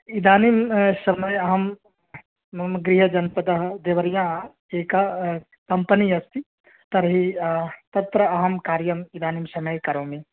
इदानीं समये अहं मम गृहजनपदः देवर्या एका कम्पनी अस्ति तर्हि तत्र अहं कार्यम् इदानीं समये करोमि